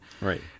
Right